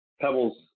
Pebble's